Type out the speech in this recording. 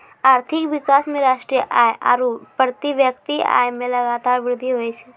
आर्थिक विकास मे राष्ट्रीय आय आरू प्रति व्यक्ति आय मे लगातार वृद्धि हुवै छै